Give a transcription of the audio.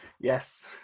Yes